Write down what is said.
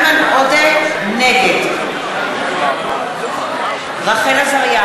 נגד רחל עזריה,